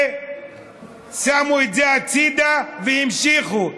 ושמו את זה הצידה והמשיכו.